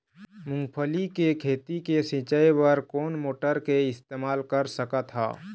मूंगफली के खेती के सिचाई बर कोन मोटर के इस्तेमाल कर सकत ह?